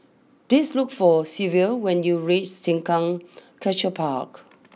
please look for Silvia when you reach Sengkang Sculpture Park